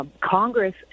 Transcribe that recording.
Congress